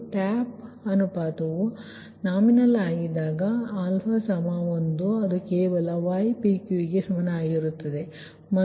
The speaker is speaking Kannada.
ಟ್ಯಾಪ್ ಅನುಪಾತವು ನಾಮಿನಲ್ ಆಗಿದ್ದಾಗ ಅದು 1 ಅದು ಕೇವಲ ypqಗೆ ಸಮಾನವಾಗಿರುತ್ತದೆ ಸರಿ